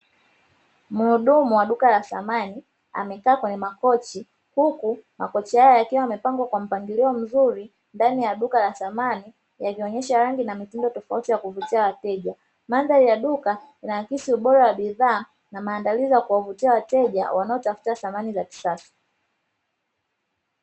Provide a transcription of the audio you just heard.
Muhudumu wa duka la samani amekaa kwenye makochi, huku makochi hayo yakiwa yamepangwa kwa mpangilio mzuri ndani ya duka la samani yakionyesha rangi na mitindo tofauti ya kuvutia wateja. Mandhari ya duka linaakisi ubora wa bidhaa na maandalizi ya kuwavutia wateja wanaotafuta samani za kisasa.